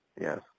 Yes